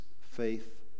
faith